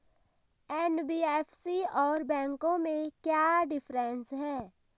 NBFC और बैंकों में क्या डिफरेंस है?